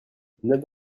neuf